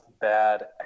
bad